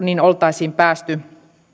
oltaisiin päästy